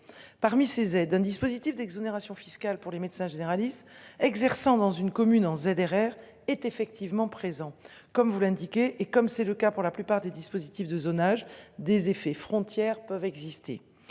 Parmi ces aides un dispositif d'exonération fiscale pour les médecins généralistes exerçant dans une commune en ZRR est effectivement présents comme vous l'indiquez, et comme c'est le cas pour la plupart des dispositifs de zonage des effets frontière peuvent exister.